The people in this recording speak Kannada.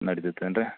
ನಡಿತೈತಿ ಏನ್ರಿ